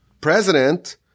president